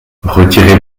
retirez